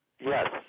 Yes